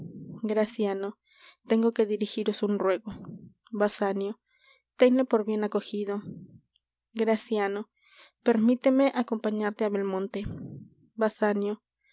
graciano tengo que dirigiros un ruego basanio tenle por bien acogido graciano permíteme acompañarte á belmonte